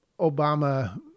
Obama